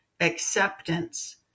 acceptance